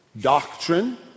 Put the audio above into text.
doctrine